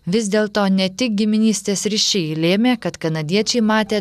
vis dėl to ne tik giminystės ryšiai lėmė kad kanadiečiai matė